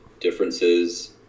differences